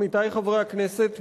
עמיתי חברי הכנסת,